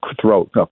throat